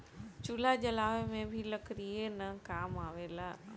चूल्हा जलावे में भी लकड़ीये न काम आवेला